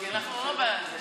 כי אנחנו לא בעד זה.